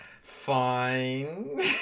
fine